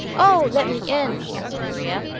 oh, let me in answered maria.